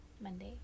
Monday